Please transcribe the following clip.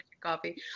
coffee